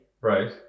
Right